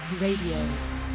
Radio